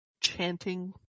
chanting